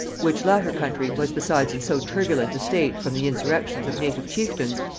which latter country was besides in so turbulent a state from the insurrections of native chieftains,